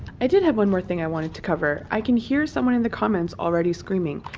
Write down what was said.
i did have one more thing i wanted to cover i can hear someone in the comments already screaming